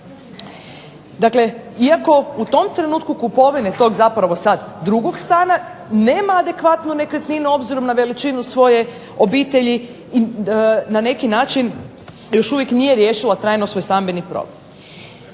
dakle, iako u tom trenutku kupovine tog zapravo drugog stana nema adekvatnu nekretninu obzirom na veličinu svoje obitelji i na neki način nije riješila trajno svoj stambeni problem.